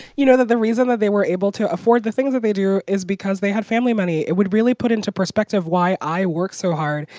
you know, that the reason that they were able to afford the things that they do is because they had family money. it would really put into perspective why i work so hard,